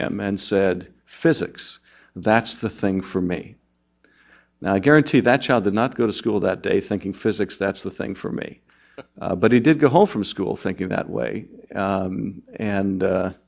him and said physics that's the thing for me now i guarantee that child did not go to school that day thinking physics that's the thing for me but he did go home from school thinking that way and